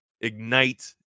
ignite